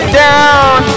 down